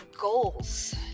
goals